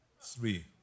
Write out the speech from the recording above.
Three